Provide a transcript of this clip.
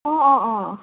अँ अँ अँ